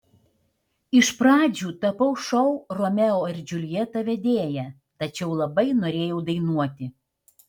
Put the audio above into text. iš pradžių tapau šou romeo ir džiuljeta vedėja tačiau labai norėjau dainuoti